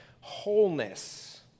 wholeness